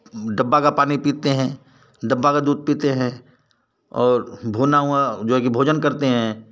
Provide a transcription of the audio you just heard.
डब्बा का पानी पीते हैं डब्बा का दूध पीते हैं और भुना हुआ जो है कि भोजन करते हैं